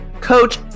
coach